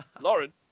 lauren